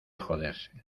joderse